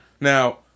Now